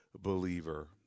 believer